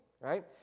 right